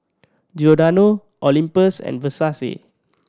Giordano Olympus and Versace